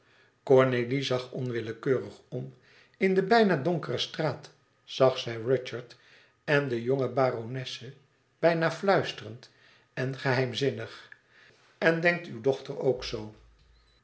cornélie zag onwillekeurig om in de bijna donkere straat zag zij rudyard en de jonge baronesse bijna fluisterend en geheimzinnig en denkt uw dochter ook zoo